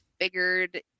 figured